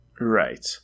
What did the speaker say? Right